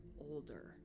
older